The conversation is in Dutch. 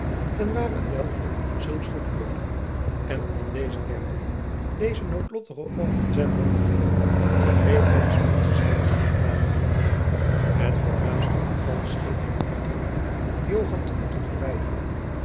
ten ware een derde zulks goedkeurde en om dezen derde dezen noodlottigen oom in zijn belang te winnen begreep hij de spaansche zijde te moeten blijven houden het voornaamste van alles scheen hem echter toe joan te moeten verwijderen